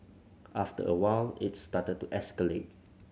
after a while its started to escalate